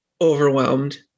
overwhelmed